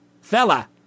Fella